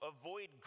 avoid